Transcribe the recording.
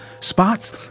Spots